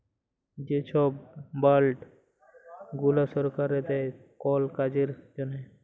যে ছব বল্ড গুলা সরকার দেই কল কাজের জ্যনহে